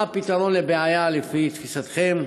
1. מה הוא פתרון הבעיה לפי תפיסתכם?